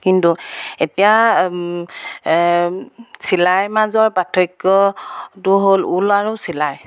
কিন্তু এতিয়া চিলাইৰ মাজৰ পাৰ্থক্যটো হ'ল ঊল আৰু চিলাই